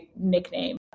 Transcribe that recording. nickname